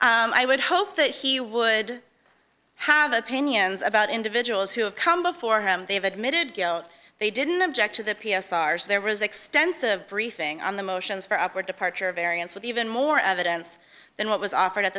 be i would hope that he would have opinions about individuals who have come before him they've admitted guilt they didn't object to the p s r so there was extensive briefing on the motions for upward departure variance with even more evidence than what was offered at